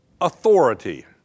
authority